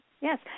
yes